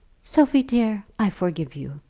sophie, dear, i forgive you